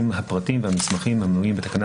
הפרטים והמסמכים המנויים בתקנה